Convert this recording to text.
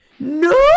no